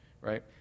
Right